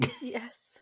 yes